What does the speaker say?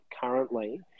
currently